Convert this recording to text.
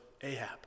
Ahab